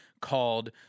called